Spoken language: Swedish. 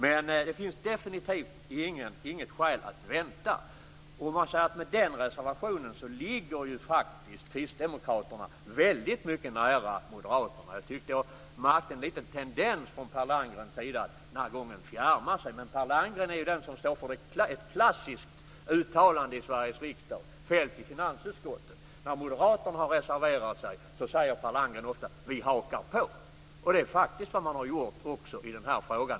Men det finns definitivt inget skäl att vänta. Med den här reservationen ligger faktiskt Kristdemokraterna mycket nära Moderaterna. Den här gången märkte jag en tendens till att Per Landgren fjärmade sig. Men Per Landgren är annars den som står för ett klassiskt uttalande i Sveriges riksdag som fälls i finansutskottet. När moderaterna har reserverat sig säger Per Landgren ofta: Vi hakar på. Det är faktiskt vad man har gjort också i den här frågan.